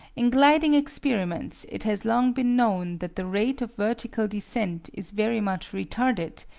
in gliding experiments it has long been known that the rate of vertical descent is very much retarded,